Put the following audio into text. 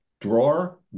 drawer